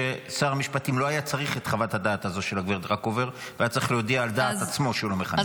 ששר המשפטים לא היה צריך את חוות הדעת הזו של הגב' רקובר,